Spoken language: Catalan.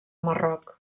marroc